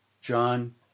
John